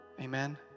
Amen